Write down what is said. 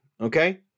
Okay